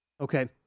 Okay